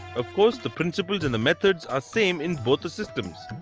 of course, the principle and the methods are same in both the systems.